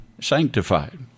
sanctified